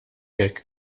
hekk